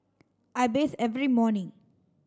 I bathe every morning